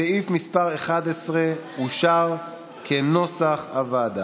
ועכשיו המעסיק לא מקבל מענק כאשר הוא יחזיר אותם?